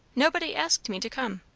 nobody asked me to come.